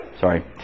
Sorry